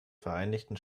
vereinigten